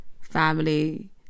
family